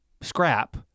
scrap